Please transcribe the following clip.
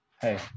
Hey